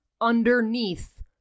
underneath